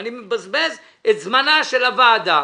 אני מבזבז את זמנה של הוועדה,